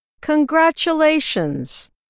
Congratulations